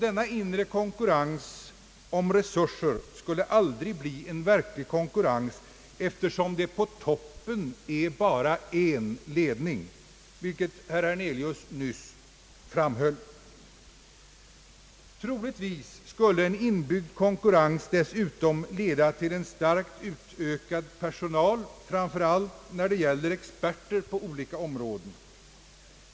Denna inre konkurrens om resurserna skulle heller aldrig bli en verklig konkurrens, eftersom det på toppen är bara en ledning, vilket herr Hernelius framhöll. Troligtvis skulle en inbyggd konkurrens dessutom leda till en starkt utökad personal, framför allt när det gäller experter på olika områden.